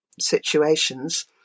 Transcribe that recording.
situations